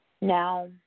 Now